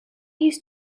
used